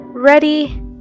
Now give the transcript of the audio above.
ready